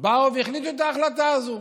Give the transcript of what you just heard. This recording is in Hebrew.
באו והחליטו את ההחלטה הזו